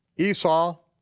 esau,